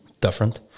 different